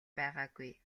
байгаагүй